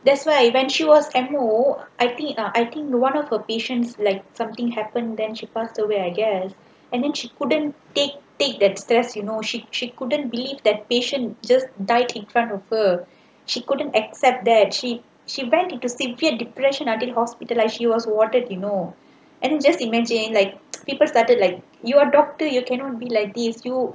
that's why when she was M_O I think ah I think one of her patients like something happen then she passed away I guessed and then she couldn't take take that stress you know she she couldn't believe that patient just died in front of her she couldn't accept that she she went into severe depression until hospitalised she was warded you know and and just imagine like people started like you are doctor you cannot be like these you